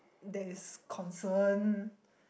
that is concern